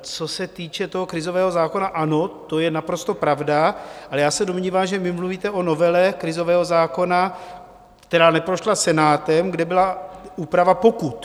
Co se týče toho krizového zákona, ano, to je naprosto pravda, ale já se domnívám, že vy mluvíte o novele krizového zákona, která neprošla Senátem, kde byla úprava pokut.